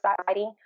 society